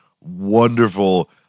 wonderful